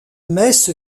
messe